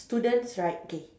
students right okay